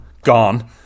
Gone